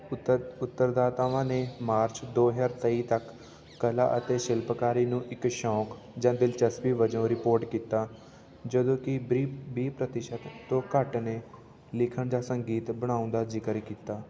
ਉੱਤਰ ਉੱਤਰ ਦਾਤਾਵਾਂ ਨੇ ਮਾਰਚ ਦੋ ਹਜ਼ਾਰ ਤੇਈ ਤੱਕ ਕਲਾ ਅਤੇ ਸ਼ਿਲਪਕਾਰੀ ਨੂੰ ਇੱਕ ਸ਼ੌਂਕ ਜਾਂ ਦਿਲਚਸਪੀ ਵਜੋਂ ਰਿਪੋਰਟ ਕੀਤਾ ਜਦੋਂ ਕਿ ਵੀਹ ਵੀਹ ਪ੍ਰਤੀਸ਼ਤ ਤੋਂ ਘੱਟ ਨੇ ਲਿਖਣ ਜਾਂ ਸੰਗੀਤ ਬਣਾਉਣ ਦਾ ਜ਼ਿਕਰ ਕੀਤਾ